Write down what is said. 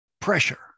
Pressure